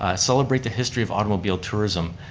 ah celebrate the history of automobile tourism.